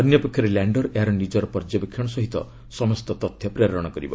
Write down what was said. ଅନ୍ୟପକ୍ଷରେ ଲ୍ୟାଣ୍ଡର ଏହାର ନିଜର ପର୍ଯ୍ୟବେକ୍ଷଣ ସହିତ ସମସ୍ତ ତଥ୍ୟ ପ୍ରେରଣ କରିବ